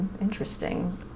interesting